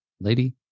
lady